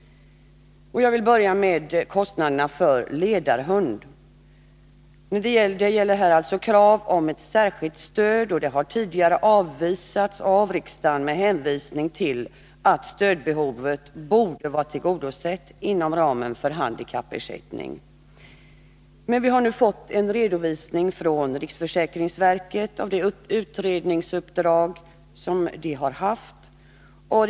Jag skall börja med kostnaderna för ledarhund, där det alltså gäller krav på ett särskilt stöd. Detta krav har tidigare avvisats av riksdagen med hänvisning till att stödbehovet borde vara tillgodosett inom ramen för handikappersättning. Vi har nu från riksförsäkringsverket fått en redovisning av dess utredningsuppdrag i denna fråga.